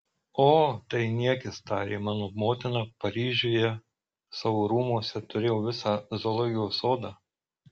o tai niekis tarė mano motina paryžiuje savo rūmuose turėjo visą zoologijos sodą